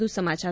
વધુ સમાચાર